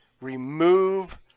Remove